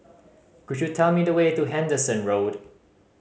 could you tell me the way to Henderson Road